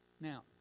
Now